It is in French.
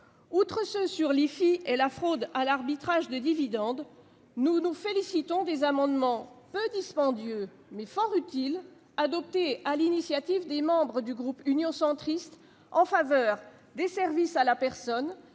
Outre ceux sur l'IFI et la fraude à l'arbitrage de dividendes, nous nous félicitons des amendements, peu dispendieux, mais fort utiles, adoptés sur l'initiative des membres du groupe Union Centriste en faveur des services à la personne,